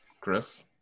Chris